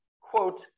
quote